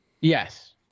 yes